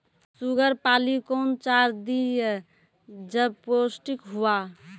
Sugar पाली कौन चार दिय जब पोस्टिक हुआ?